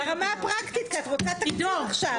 זה ברמה הפרקטית כי את רוצה תקציב עכשיו.